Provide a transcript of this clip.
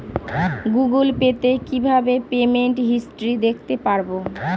Google pay তে কিভাবে payment history দেখতে পারবো?